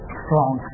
strong